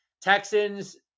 Texans